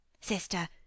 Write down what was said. Sister